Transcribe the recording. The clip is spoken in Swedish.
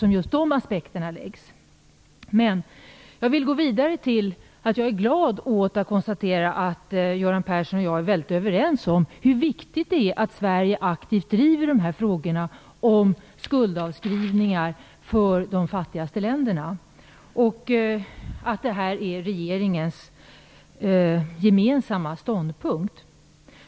Jag vill gå vidare med att säga att jag är glad över att kunna konstatera att Göran Persson och jag är väldigt överens om hur viktigt det är att Sverige aktivt driver frågorna om skuldavskrivningar för de fattigaste länderna, och över att det är regeringens gemensamma ståndpunkt.